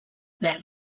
verd